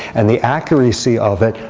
and the accuracy of it?